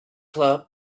club